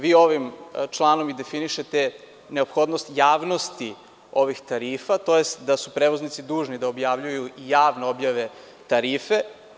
Vi ovim članom i definišete neophodnost javnosti ovih tarifa, tj. da su prevoznici dužni da objavljuju i javno objave tarife.